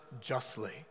justly